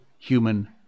human